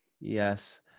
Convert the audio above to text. Yes